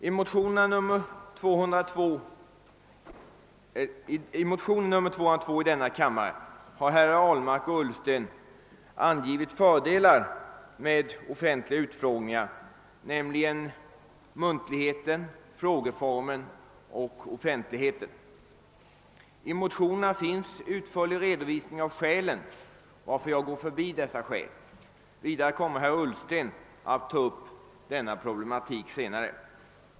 I motionen II:202 har herrar Ahlmark och Ullsten angivit tre fördelar med offentliga utfrågningar, nämligen muntligheten, frågeformen och offentligheten. I motionerna finns en utförlig redovisning av skälen för det där framförda kravet, varför jag inte nu skall gå in på dessa. Vidare kommer herr Ullsten senare att ta upp denna problematik.